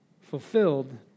fulfilled